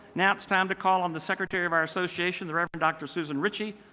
now it's time to call on the secretary of our associations, the reverend dr. susan richie,